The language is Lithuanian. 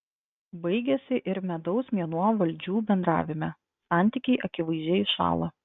baigiasi ir medaus mėnuo valdžių bendravime santykiai akivaizdžiai šąla